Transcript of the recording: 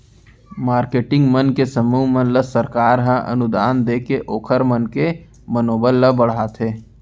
marketing मन के समूह मन ल सरकार ह अनुदान देके ओखर मन के मनोबल ल बड़हाथे